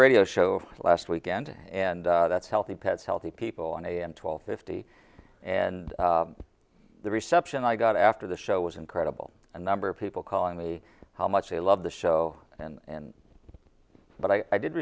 radio show last weekend and that's healthy pets healthy people and a and twelve fifty and the reception i got after the show was incredible a number of people calling me how much they love the show and but i did